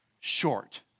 short